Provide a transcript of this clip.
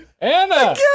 Anna